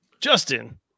Justin